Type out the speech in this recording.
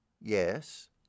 Yes